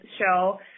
show